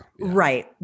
right